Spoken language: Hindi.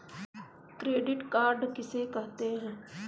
क्रेडिट कार्ड किसे कहते हैं?